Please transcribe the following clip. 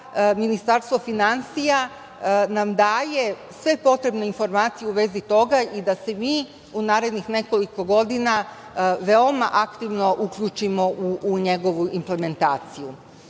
Ministarstvo finansija daje sve potrebne informacije u vezi toga i da se mi u narednih nekoliko godina veoma aktivno uključimo u njegovu implementaciju. Na